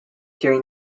during